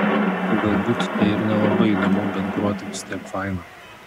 galbūt tai ir nelabai įdomu bet groti vis tiek faina